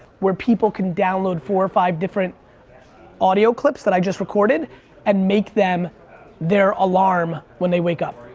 where people can download four or five different audio clips that i just recorded and make them there alarm when they wake up.